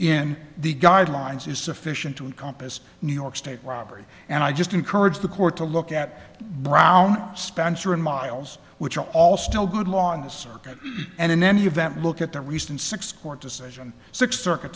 in the guidelines is sufficient to encompass new york state robbery and i just encourage the court to look at brown spencer and miles which are all still good law in the circuit and in any event look at the recent six court decision six circuit